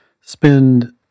spend